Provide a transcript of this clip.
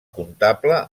comptable